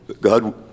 God